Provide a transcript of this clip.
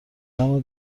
نام